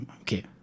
okay